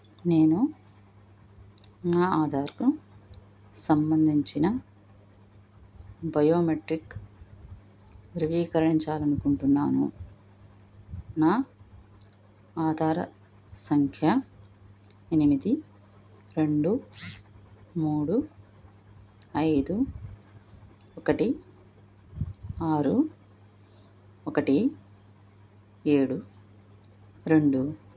నేను నా ఆధార్కు సంబంధించిన బయోమెట్రిక్ ధృవీకరించాలి అనుకుంటున్నాను నా ఆధార సంఖ్య ఎనిమిది రెండు మూడు ఐదు ఒకటి ఆరు ఒకటి ఏడు రెండు